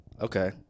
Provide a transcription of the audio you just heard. Okay